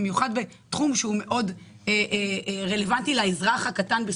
במיוחד בתחום שהוא רלוונטי לאזרח הקטן.